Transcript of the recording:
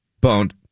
Boned